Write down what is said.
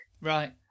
Right